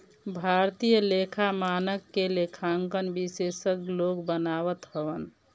भारतीय लेखा मानक के लेखांकन विशेषज्ञ लोग बनावत हवन